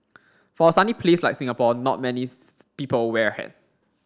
for a sunny place like Singapore not many people wear a hat